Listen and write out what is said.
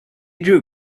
drew